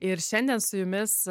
ir šiandien su jumis